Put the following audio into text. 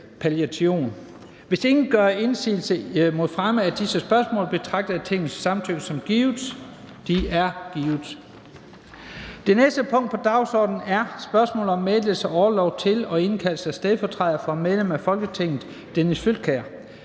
Hvis ingen gør indsigelse mod fremme af disser forespørgsler, betragter jeg Tingets samtykke som givet. Det er givet. --- Det næste punkt på dagsordenen er: 4) Spørgsmål om meddelelse af orlov til og indkaldelse af stedfortræder for medlem af Folketinget Dennis Flydtkjær